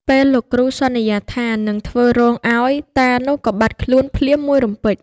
ពេលលោកគ្រូសន្យាថានឹងធ្វើរោងឲ្យ តានោះក៏បាត់ខ្លួនភ្លាមមួយរំពេច ។